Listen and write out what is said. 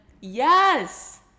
Yes